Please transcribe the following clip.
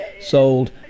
sold